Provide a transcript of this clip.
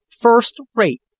first-rate